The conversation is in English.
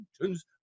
mountains